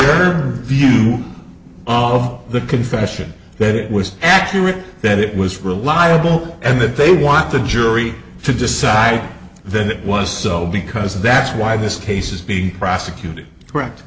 view of the confession that it was accurate that it was reliable and that they want the jury to decide that it was so because that's why this case is being prosecuted correct